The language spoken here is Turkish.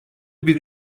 bin